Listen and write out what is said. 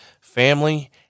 family